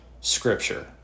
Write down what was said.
scripture